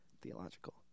Theological